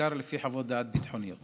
ובעיקר לפי חוות דעת ביטחוניות.